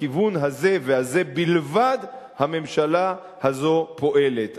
בכיוון הזה, והזה בלבד, הממשלה הזאת פועלת.